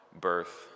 birth